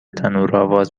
تنورآواز